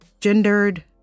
gendered